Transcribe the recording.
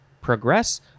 progress